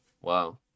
Wow